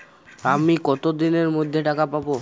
আমি কতদিনের মধ্যে টাকা পাবো?